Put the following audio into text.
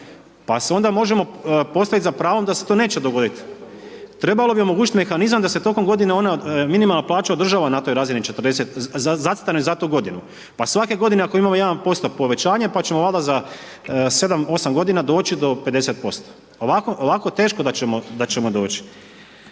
Pa si onda možemo postaviti za pravo da se to neće dogoditi. Trebalo bi omogućiti mehanizam da se tokom godine ona minimalna plaća održava na toj razini 40, zacrtanoj za tu godinu. Pa svake godine ako imamo 1% povećanje pa ćemo valjda za 7,8 godina doći do 50%. Ovako teško da ćemo doći.